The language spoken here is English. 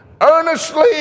earnestly